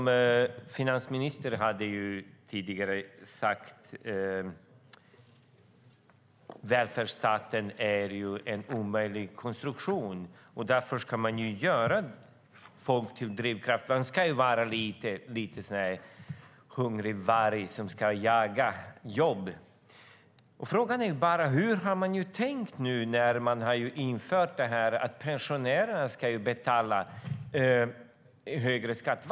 Finansministern har tidigare sagt att välfärdstaten är en omöjlig konstruktion. Därför ska man göra så att människor har drivkraft. De ska vara lite av hungriga vargar som ska jaga jobb. Frågan är bara hur man har tänkt när man har infört att pensionärerna ska betala högre skatt.